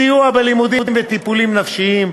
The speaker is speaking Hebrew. סיוע בלימודים וטיפולים נפשיים.